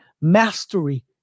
mastery